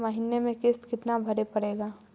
महीने में किस्त कितना भरें पड़ेगा?